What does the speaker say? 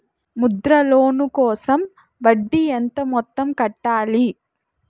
Mudra loan కోసం వడ్డీ ఎంత మొత్తం కట్టాలి